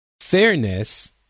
fairness